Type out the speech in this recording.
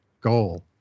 goal